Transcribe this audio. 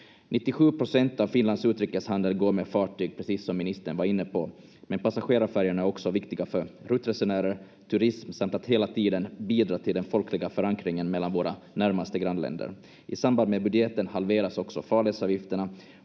97 procent av Finlands utrikeshandel går med fartyg, precis som ministern var inne på, men passagerarfärjorna är också viktiga för ruttresenärer, turism samt att hela tiden bidra till den folkliga förankringen mellan våra närmaste grannländer. I samband med budgeten halveras också farledsavgifterna